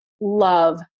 love